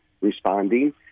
responding